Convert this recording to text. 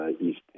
east